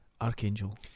Archangel